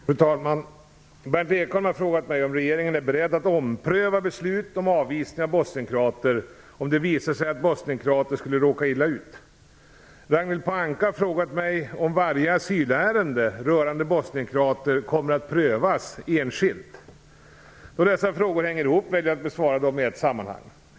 Fru talman! Berndt Ekholm har frågat mig om regeringen är beredd att ompröva beslut om avvisning av bosnien-kroater om det visar sig att bosnienkroater skulle råka illa ut. Ragnhild Pohanka har frågat mig om varje asylärende rörande bosnien-kroater kommer att prövas enskilt. Då dessa frågor hänger ihop väljer jag att besvara dem i ett sammanhang.